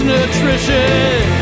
Nutrition